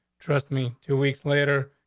trust me two weeks later,